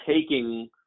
taking